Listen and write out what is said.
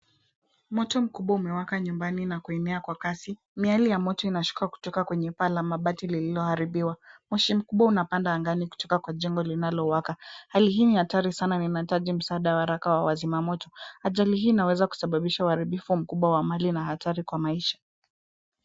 Moto mkubwa umewaka nyumbani na kuenea kwa kasi, miale ya moto inashuka kutoka kwenye paa la mabati lililoharibiwa. Moshi mkubwa unapanda angani kutoka kwa jengo linalowaka. Hali hii ni hatari sana na inahitaji msaada wa haraka wa wazimamoto. Ajali hii inaweza kusababisha uharibifu mkubwa wa mali na hatari kwa maisha.